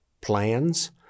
plans